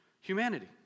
humanity